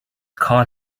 call